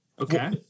Okay